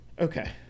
Okay